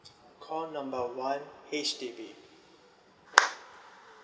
call number one H_D_B